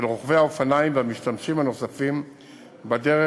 רוכבי האופניים והמשתמשים הנוספים בדרך,